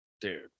dude